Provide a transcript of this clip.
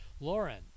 Lauren